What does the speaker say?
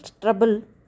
trouble